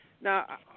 Now